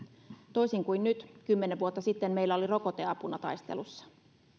toisin kuin nyt kymmenen vuotta sitten meillä oli rokote apuna taistelussa